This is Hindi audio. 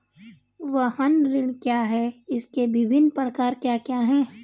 वाहन ऋण क्या है इसके विभिन्न प्रकार क्या क्या हैं?